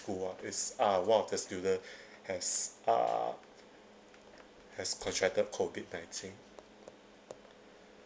school ah is uh one of the student has uh has contracted COVID nineteen